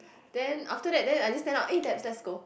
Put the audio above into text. then after that then I just send out eh Debs let's go